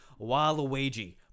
waluigi